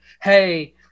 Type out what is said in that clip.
hey